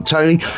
Tony